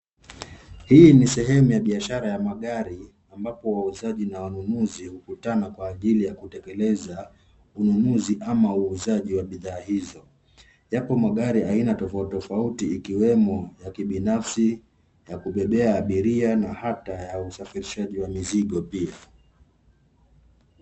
Hii ni sehemu ya biashara ya magari ambapo wauzaji na wanunuzi hukutana kwa ajili ya kutekeleza ununuzi ama uuzaji wa bidhaa hizo. Yapo magari aina tofauti tofauti ikiwemo ya kibinafsi, ya kubebea abiria na hata ya usafirishaji wa mizigo pia.